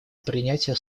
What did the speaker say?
принятия